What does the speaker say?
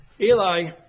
Eli